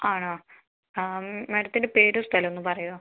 ആണോ ആ മാഡത്തിൻ്റെ പേരും സ്ഥലം ഒന്ന് പറയാമോ